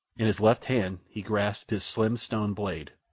in his left hand he grasped his slim stone blade.